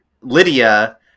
Lydia